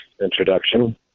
introduction